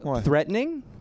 threatening